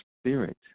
spirit